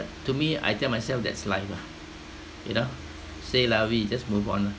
to me I tell myself that's life ah you know c'est la vie just move on lah